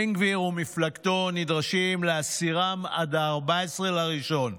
בן גביר ומפלגתו נדרשים להסירם עד 14 בינואר,